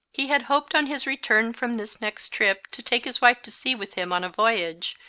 he had hoped on his return from this next trip to take his wife to sea with him on a voyage,